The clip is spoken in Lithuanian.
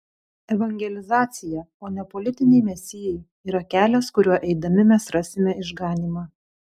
evangelizacija o ne politiniai mesijai yra kelias kuriuo eidami mes rasime išganymą